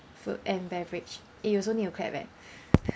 food and beverage eh you also need to clap eh